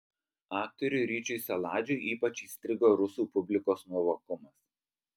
aktoriui ryčiui saladžiui ypač įstrigo rusų publikos nuovokumas